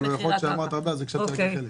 אבל יכול להיות שאמרת הרבה אז הקשבתי רק לחלק.